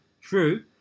True